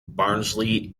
barnsley